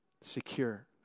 secure